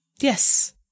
Yes